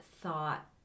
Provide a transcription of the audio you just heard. thought